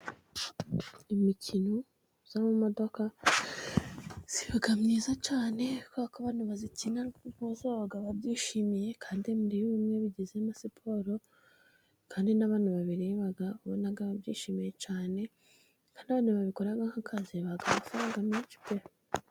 Imikino y' amamodoka iba myiza cyane, kobera ko abantu bayikina bose baba babyishimiye kandi demmiri yubumwebigezemo siporo kandi n'aban babirebagabonaga ababyishimiye caneone babikoraga nk'a kazi baga amafaranga menshi pe